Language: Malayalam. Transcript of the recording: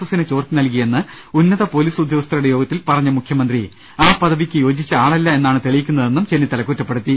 എസിന് ചോർത്തി നൽകിയെന്ന് ഉന്നത പോലീസ് ഉദ്യോഗസ്ഥരുടെ യോഗത്തിൽ പറഞ്ഞ മുഖ്യമന്ത്രി ആ പദവിക്ക് യോജിച്ച ആളല്ല എന്നാണ് തെളിയിക്കുന്നതെന്നും ചെന്നിത്തല കുറ്റപ്പെടുത്തി